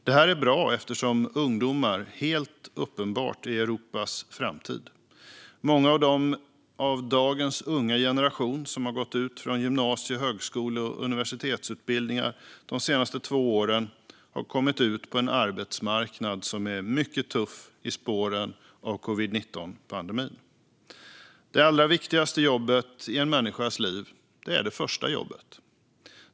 Det här är bra eftersom ungdomar helt uppenbart är Europas framtid. Många av dagens unga generation som har gått ut från gymnasie, högskole och universitetsutbildningar de senaste två åren har kommit ut på en arbetsmarknad som är mycket tuff i spåren av covid-19-pandemin. Det allra viktigaste jobbet i en människas liv är det första jobbet.